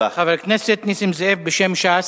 חבר הכנסת נסים זאב בשם ש"ס.